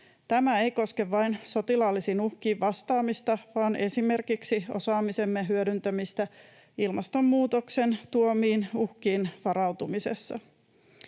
Tämä ei koske vain sotilaallisiin uhkiin vastaamista vaan esimerkiksi osaamisemme hyödyntämistä ilmastonmuutoksen tuomiin uhkiin varautumisessa.